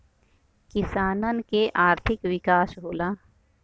किसानन के आर्थिक विकास होला